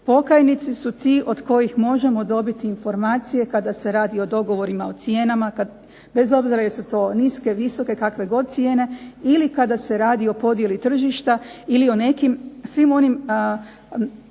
Pokajnici su ti od kojih možemo dobiti informacije kada se radi o dogovorima, o cijenama, kad bez obzira jesu to niske, visoke, kakve god cijene ili kada se radi o podjeli tržišta ili o nekim svim onim